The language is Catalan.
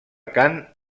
cant